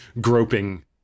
groping